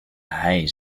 hei